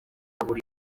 buri